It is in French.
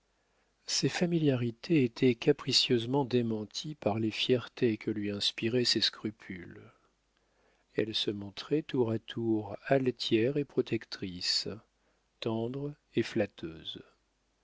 ses familiarités étaient capricieusement démenties par les fiertés que lui inspiraient ses scrupules elle se montrait tour à tour altière et protectrice tendre et flatteuse